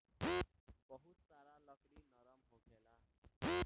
बहुत सारा लकड़ी नरम होखेला